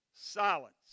silence